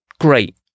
Great